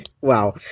wow